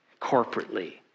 corporately